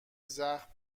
زخم